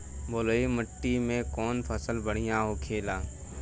बलुई मिट्टी में कौन फसल बढ़ियां होखे ला?